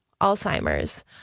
Alzheimer's